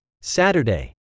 Saturday